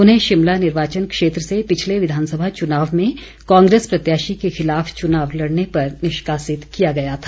उन्हें शिमला निर्वाचन क्षेत्र से पिछले विधानसभा चुनाव में कांग्रेस प्रत्याशी के खिलाफ चुनाव लड़ने पर निष्कासित किया गया था